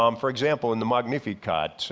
um for example, in the magnificat,